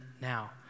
now